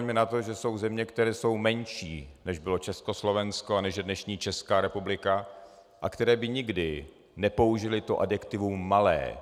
A upozorňoval mě na to, že jsou země, které jsou menší, než bylo Československo a než je dnešní Česká republika, a které by nikdy nepoužily to adjektivum malé.